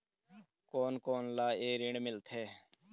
कोन कोन ला ये ऋण मिलथे?